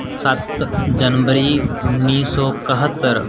ਸੱਤ ਜਨਵਰੀ ਉੱਨੀ ਸੌ ਇਕਹੱਤਰ